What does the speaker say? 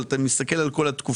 אבל אתה מסתכל על כל התקופה.